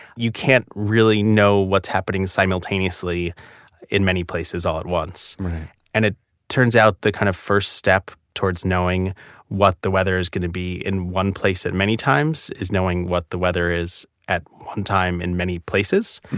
you can't really know what's happening simultaneously in many places all at once right and it turns out the kind of first step towards knowing what the weather is going to be in one place at many times is knowing what the weather is at one time in many places.